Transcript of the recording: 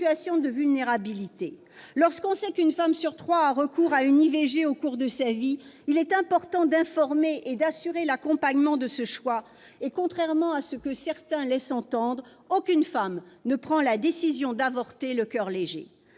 Lorsque l'on sait qu'une femme sur trois a recours à une IVG au cours de sa vie, on mesure combien il est important d'informer et d'assurer l'accompagnement de ce choix. Contrairement à ce que certains laissent entendre, aucune femme ne prend la décision d'avorter le coeur léger.